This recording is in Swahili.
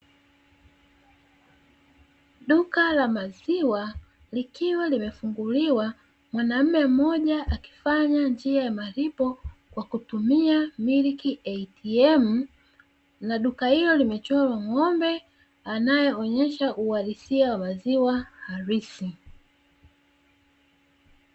Duka la maziwa likiwa limefunguliwa mwanaume mmoja akifanya njia ya malipo kwa kutumia "Milk ATM", na duka hilo limechorwa ng'ombe anayeonesha uwalisia wa maziwa halisi.